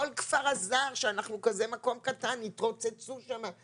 כל כפר אז"ר, שאנחנו מקום כזה קטן, התרוצצו שם.